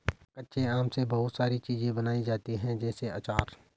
कच्चे आम से बहुत सारी चीज़ें बनाई जाती है जैसे आचार